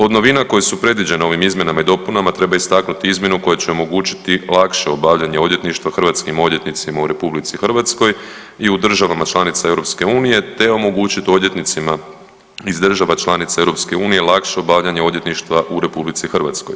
Od novina koje su predviđene ovim izmjenama i dopunama treba istaknuti izmjenu koja će omogućiti lakše obavljanje odvjetništva hrvatskim odvjetnicima u RH i u državama članicama EU, te omogućit odvjetnicima iz država članica EU lakše obavljanje odvjetništva u RH.